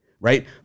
right